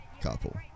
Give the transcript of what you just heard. Couple